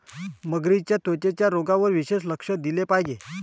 मगरींच्या त्वचेच्या रोगांवर विशेष लक्ष दिले पाहिजे